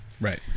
right